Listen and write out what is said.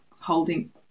holding